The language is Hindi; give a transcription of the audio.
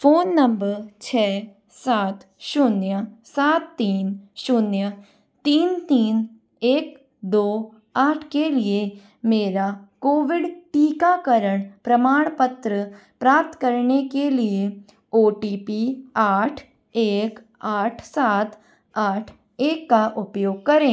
फ़ोन नंबर छः सात शून्य सात तीन शून्य तीन तीन एक दो आठ के लिए मेरा कोविड टीकाकरण प्रमाण पत्र प्राप्त करने के लिए ओ टी पी आठ एक आठ सात आठ एक का उपयोग करें